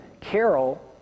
Carol